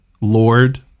Lord